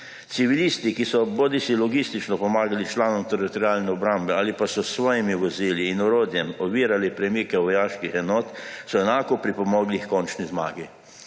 Civilisti, ki so bodisi logistično pomagali članom Teritorialne obrambe ali pa so s svojimi vozili in orodjem ovirali premike vojaških enot, so enako pripomogli h končni zmagi.